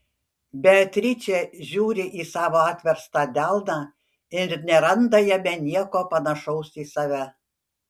beatričė žiūri į savo atverstą delną ir neranda jame nieko panašaus į save